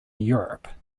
europe